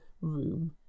room